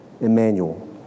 Emmanuel